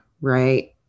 right